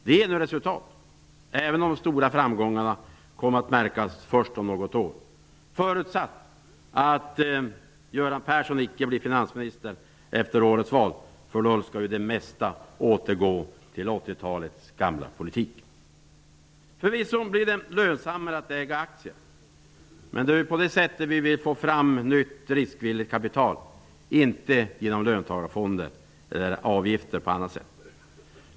Det ger nu resultat, även om de stora framgångarna kommer att märkas först om något år, detta förutsatt att Göran Persson icke blir finansminister efter årets val -- i så fall skall ju det mesta återgå till Förvisso blir det lönsammare att äga aktier, men det är ju så vi vill få fram nytt riskvilligt kapital, inte via löntagarfonder eller avgifter på annat sätt.